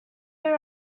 were